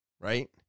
right